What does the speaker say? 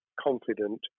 confident